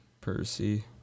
Percy